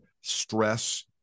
stress